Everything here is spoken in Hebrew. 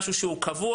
משהו שהוא קבוע.